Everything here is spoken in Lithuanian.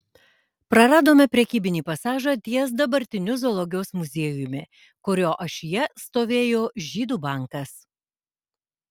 praradome prekybinį pasažą ties dabartiniu zoologijos muziejumi kurio ašyje stovėjo žydų bankas